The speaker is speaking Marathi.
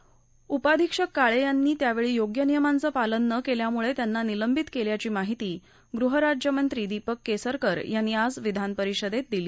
पोलिस उपाधिक्षक काळे यांनी त्यावेळी योग्य नियमांचं पालन न केल्यामुळं त्यांना निलंबित केलं असल्याची माहिती गृहराज्यमंत्री दीपक केसरकर यांनी आज विधान परिषदेत दिली